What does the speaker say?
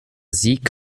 sieg